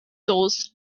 those